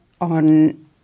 on